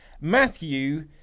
Matthew